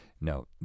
No